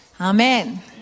Amen